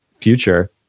future